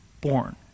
born